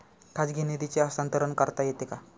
खाजगी निधीचे हस्तांतरण करता येते का?